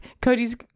cody's